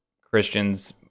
Christians